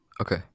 Okay